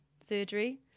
surgery